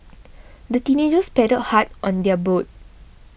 the teenagers paddled hard on their boat